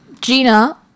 Gina